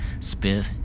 Spiff